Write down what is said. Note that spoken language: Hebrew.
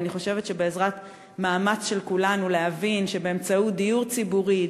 אני חושבת שבעזרת מאמץ של כולנו להבין שבאמצעות דיור ציבורי,